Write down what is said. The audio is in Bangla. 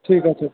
ঠিক আছে